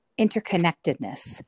Interconnectedness